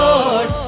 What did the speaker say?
Lord